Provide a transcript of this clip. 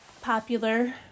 popular